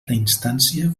instància